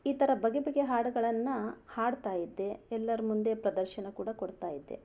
ಈ ಥರ ಬಗೆ ಬಗೆ ಹಾಡುಗಳನ್ನು ಹಾಡ್ತಾ ಇದ್ದೆ ಎಲ್ಲರ ಮುಂದೆ ಪ್ರದರ್ಶನ ಕೂಡ ಕೊಡ್ತಾ ಇದ್ದೆ